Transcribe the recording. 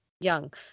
young